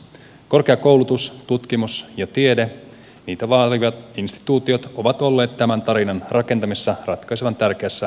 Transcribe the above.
korkeakoulutus tutkimus ja tiede niitä vaalivat instituutiot ovat olleet tämän tarinan rakentamisessa ratkaisevan tärkeässä roolissa